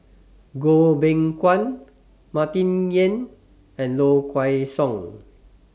Goh Beng Kwan Martin Yan and Low Kway Song